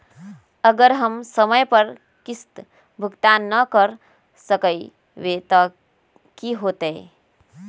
अगर हम समय पर किस्त भुकतान न कर सकवै त की होतै?